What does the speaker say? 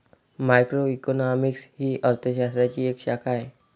macroeconomics ही अर्थ शास्त्राची एक शाखा आहे